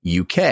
UK